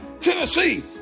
Tennessee